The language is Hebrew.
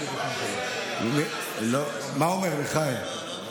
מה אומר, מיכאל?